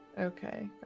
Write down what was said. Okay